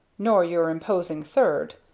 nor your imposing third,